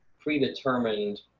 predetermined